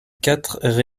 quatre